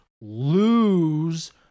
lose